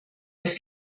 with